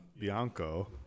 Bianco